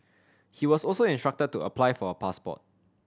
he was also instructed to apply for a passport